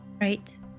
Right